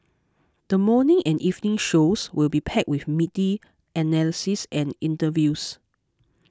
the morning and evening shows will be packed with meaty analyses and interviews